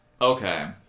Okay